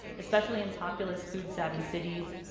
especially in populist food-savvy cities,